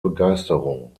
begeisterung